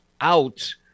out